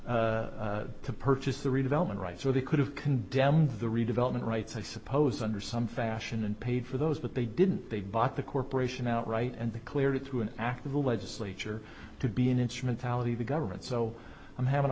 negotiated to purchase the redevelopment rights or they could have condemned the redevelopment rights i suppose under some fashion and paid for those but they didn't they bought the corporation outright and they cleared it through an act of will legislature to be an instrument the government so i'm having a